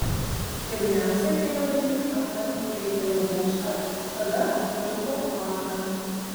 pirmiausia keliauninkai aplankė eifelio bokštą tada triumfo arką